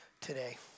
today